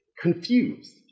confused